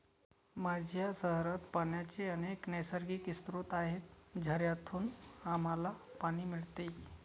माझ्या शहरात पाण्याचे अनेक नैसर्गिक स्रोत आहेत, झऱ्यांतून आम्हाला पाणी मिळते